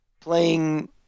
playing